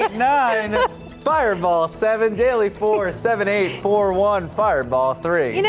you know fireball seven daily four, seven, eight, four, one, fireball three you know